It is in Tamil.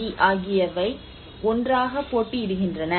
பி ஆகியவை ஒன்றாக போட்டியிடுகின்றன